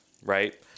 Right